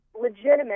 legitimate